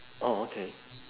oh okay